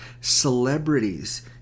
celebrities